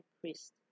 priest